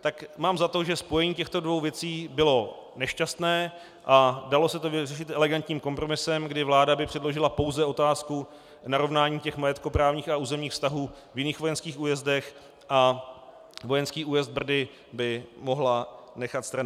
tak mám za to, že spojení těchto dvou věcí bylo nešťastné a dalo se to vyřešit elegantním kompromisem, kdy by vláda předložila pouze otázku narovnání majetkoprávních a územních vztahů v jiných vojenských újezdech a vojenský újezd Brdy by mohla nechat stranou.